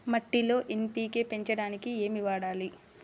మట్టిలో ఎన్.పీ.కే పెంచడానికి ఏమి వాడాలి?